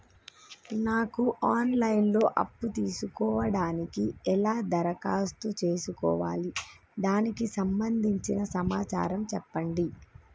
నాకు online లో అప్పు తీసుకోవడానికి ఎలా దరఖాస్తు చేసుకోవాలి దానికి సంబంధించిన సమాచారం చెప్పండి?